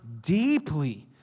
deeply